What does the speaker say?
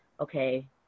okay